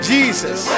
Jesus